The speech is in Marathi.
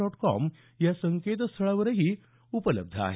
डॉट कॉम या संकेतस्थळावरही उपलब्ध आहे